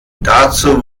dazu